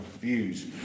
views